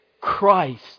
Christ